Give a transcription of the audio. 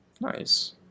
Nice